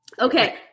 Okay